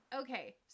okay